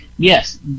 Yes